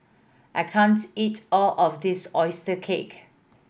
I can't eat all of this oyster cake